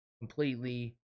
completely